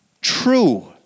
true